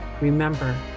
remember